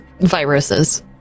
viruses